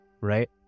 Right